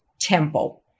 temple